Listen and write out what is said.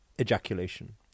ejaculation